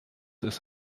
ist